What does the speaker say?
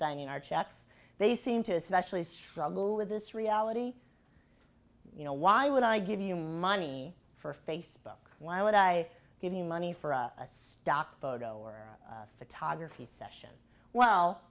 signing our checks they seem to especially struggle with this reality you know why would i give you money for facebook why would i give you money for a stock photo photography session well